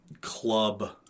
club